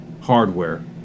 hardware